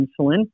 insulin